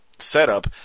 setup